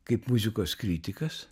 kaip muzikos kritikas